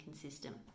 consistent